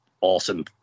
awesome